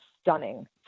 stunning